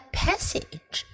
passage